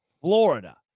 Florida